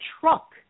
truck